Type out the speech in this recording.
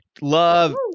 love